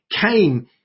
came